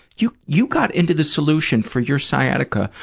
you you got into the solution for your sciatica,